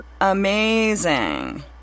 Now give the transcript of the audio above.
amazing